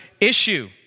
issue